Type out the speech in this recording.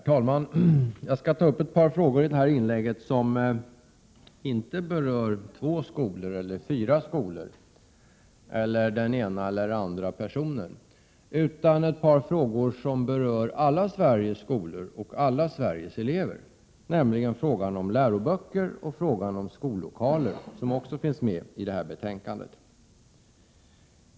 Herr talman! Jag skall i mitt inlägg ta upp ett par frågor som inte berör två skolor eller fyra skolor eller den ena eller den andra personen utan ett par frågor som berör alla Sveriges skolor och alla Sveriges elever, nämligen frågan om läroböcker och frågan om skollokaler, vilken också tas upp i detta betänkande.